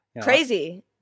Crazy